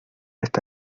esta